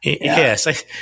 Yes